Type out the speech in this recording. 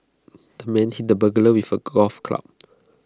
the man hit the burglar with A golf club